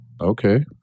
Okay